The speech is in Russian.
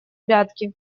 прятки